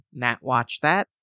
MattWatchThat